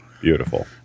Beautiful